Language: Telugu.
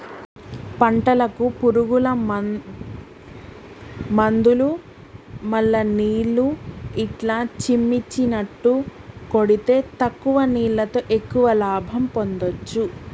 పంటలకు పురుగుల మందులు మల్ల నీళ్లు ఇట్లా చిమ్మిచినట్టు కొడితే తక్కువ నీళ్లతో ఎక్కువ లాభం పొందొచ్చు